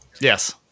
Yes